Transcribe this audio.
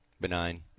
benign